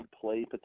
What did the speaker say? play